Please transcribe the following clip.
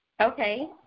Okay